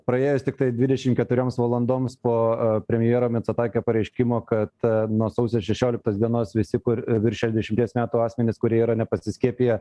praėjus tiktai dvidešim keturioms valandoms po premjero mecatakio pareiškimo kad nuo sausio šešioliktos dienos visi kur virš šešiasdešimties metų asmenys kurie yra nepasiskiepiję